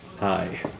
Hi